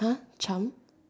uh charm